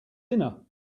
dinner